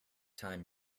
time